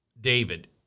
David